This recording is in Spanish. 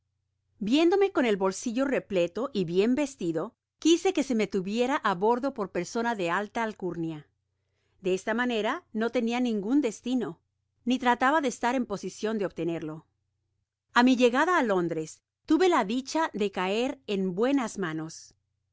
viéndome con el bolsillo repleto y bien vestido quise que se me tuviera á bordo por persona de alta alcurnia de esta manera no tenia ningun destino ni trataba de estaren posicion de obtenerlo a mi llegada á londres tuve la dicha decaer en bue